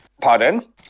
Pardon